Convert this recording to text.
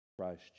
Christ